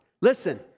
Listen